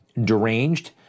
deranged